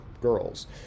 girls